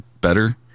better